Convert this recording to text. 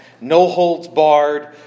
no-holds-barred